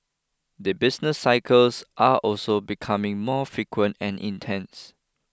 the business cycles are also becoming more frequent and intense